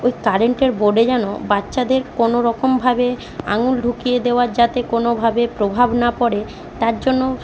ওই কারেন্টের বোর্ডে যেন বাচ্চাদের কোন রকমভাবে আঙ্গুল ঢুকিয়ে দেওয়া যাতে কোনভাবে প্রভাব না পড়ে তার জন্য